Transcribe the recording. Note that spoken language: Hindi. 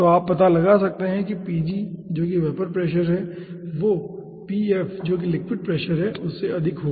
तो आप पता लगा सकते हैं कि pg जो की वेपर प्रेशर है वो pf जो की लिक्विड प्रेशर है उससे अधिक है